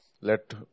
let